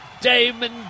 Damon